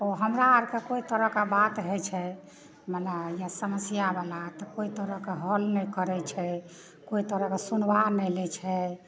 ओ हमरा आरके कोइ तरहके बात होइ छै मने इहए समस्याबला तऽ कोइ तरहके हल नहि करै छै कोइ तरहके सुनबाह नहि लै छै